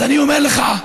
אז אני אומר לך,